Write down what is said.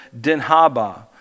Dinhaba